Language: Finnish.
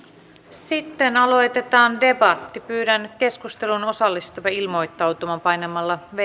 sitten aloitetaan debatti pyydän keskusteluun osallistuvia ilmoittautumaan painamalla viides